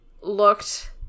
looked